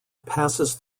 passes